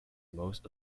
most